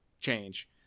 change